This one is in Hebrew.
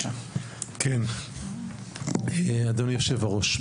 אדוני יושב-הראש,